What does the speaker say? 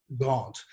God